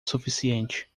suficiente